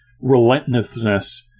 relentlessness